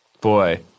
boy